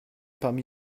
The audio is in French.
parmi